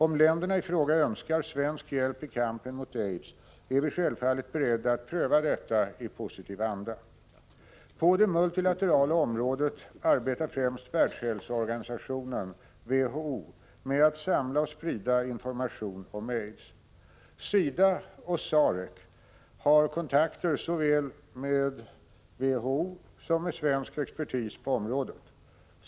Om länderna i fråga önskar svensk hjälp i kampen mot aids, är vi självfallet beredda att pröva detta i positiv anda. På det multilaterala området arbetar främst Världshälsoorganisationen med att samla och sprida information om aids. SIDA och SAREC har kontakter såväl med WHO som med svensk expertis på området.